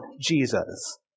Jesus